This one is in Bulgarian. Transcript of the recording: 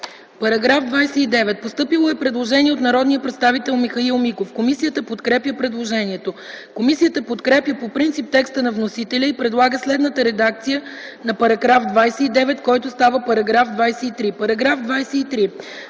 По § 29 е постъпило предложение от народния представител Михаил Миков. Комисията подкрепя предложението. Комисията подкрепя по принцип текста на вносителя и предлага следната редакция на § 29, който става § 23: „§ 23.